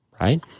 right